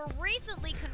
recently